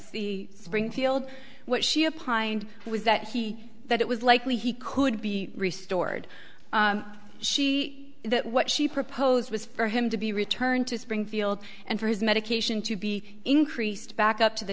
springfield what she a pined was that he that it was likely he could be restored she that what she proposed was for him to be returned to springfield and for his medication to be increased back up to the